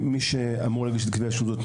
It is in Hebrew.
ומשטרת ישראל היא זו שאמורה להגיש את כתבי האישום.